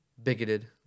Bigoted